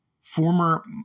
Former